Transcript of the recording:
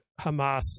Hamas